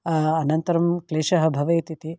अनन्तरं क्लेशः भवेत् इति